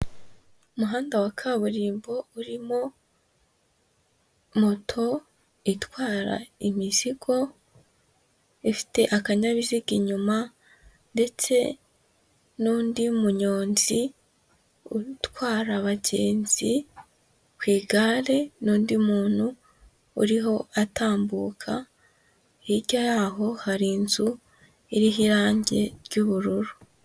Umuhanda wa kaburimbo urimo moto itwara imizigo, ifite akanyabiziga inyuma ndetse n'undi munyonzi utwara abagenzi ku igare, n'undi muntu uriho atambuka, hirya yaho hari inzu iriho irangi ry'ubururu.